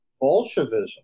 Bolshevism